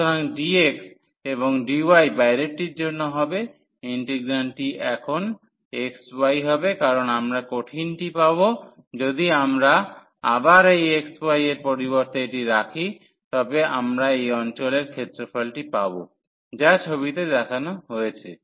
সুতরাং dx এবং dy বাইরেরটির জন্য হবে ইন্টিগ্রান্ডটি এখন xy হবে কারণ আমরা কঠিনটি পাব যদি আমরা আবার এই xy এর পরিবর্তে এটি রাখি তবে আমরা এই অঞ্চলের ক্ষেত্রফলটি পাব যা ছবিতে দেখানো হয়েছে